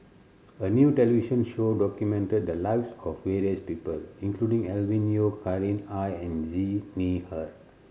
a new television show documented the lives of various people including Alvin Yeo Khirn Hai and Xi Ni Er